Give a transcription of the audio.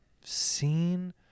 seen